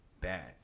bad